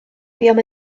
buom